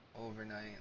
overnight